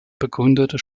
begründete